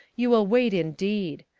you will wait indeed.